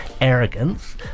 arrogance